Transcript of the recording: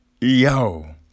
yo